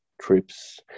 trips